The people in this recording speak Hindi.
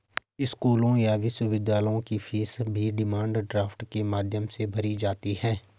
स्कूलों या विश्वविद्यालयों की फीस भी डिमांड ड्राफ्ट के माध्यम से भरी जाती है